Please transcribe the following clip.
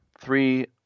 Three